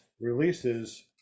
releases